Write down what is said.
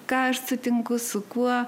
ką aš sutinku su kuo